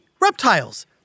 reptiles